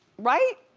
right?